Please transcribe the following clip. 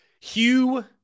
Hugh